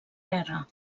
guerra